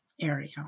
area